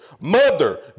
Mother